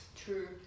true